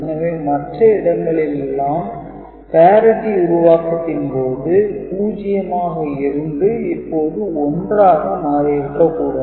எனவே மற்ற இடங்களிலெல்லாம் parity உருவாக்கத்தின் போது 0 ஆக இருந்து இப்போது 1 ஆக மாறியிருக்க கூடும்